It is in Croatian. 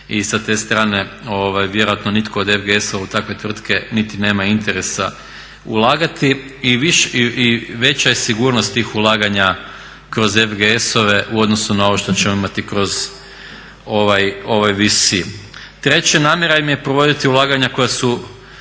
i sa te strane vjerojatno nitko od FGS-ova u takve tvrtke niti nema interesa ulagati. I veća je sigurnost tih ulaganja kroz FGS-ove u odnosu na ovo što ćemo imati kroz ovaj …/Govornik se ne razumije./… Treće, namjera im je provoditi ulaganja koja su